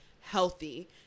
healthy